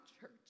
church